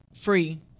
free